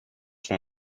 sont